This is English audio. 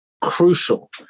crucial